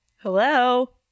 Hello